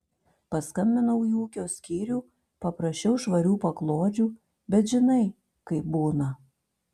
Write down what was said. paskambinau į ūkio skyrių paprašiau švarių paklodžių bet žinai kaip būna